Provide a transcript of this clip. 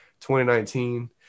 2019